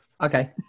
Okay